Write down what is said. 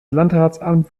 landratsamt